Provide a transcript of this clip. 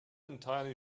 entirely